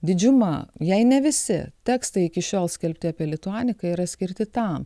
didžiuma jei ne visi tekstai iki šiol skelbti apie lituaniką yra skirti tam